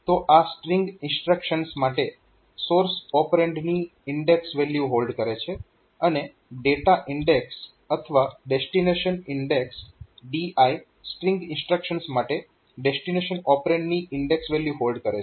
તો આ string instructions માટે સોર્સ ઓપરેન્ડની ઇન્ડેક્સ વેલ્યુ હોલ્ડ કરે છે અને ડેટા ઇન્ડેક્સ અથવા destination index DI string instructions માટે ડેસ્ટીનેશન ઓપરેન્ડની ઇન્ડેક્સ વેલ્યુ હોલ્ડ કરે છે